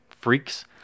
freaks